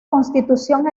constitución